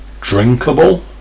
drinkable